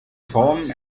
formen